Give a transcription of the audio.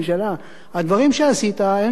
הדברים שעשית הם דברים טובים,